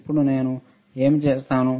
ఇప్పుడు నేను ఏమి చేస్తాను